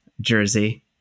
jersey